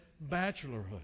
bachelorhood